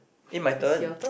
eh my turn